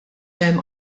hemm